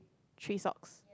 three socks